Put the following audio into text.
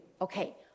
Okay